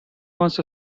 wants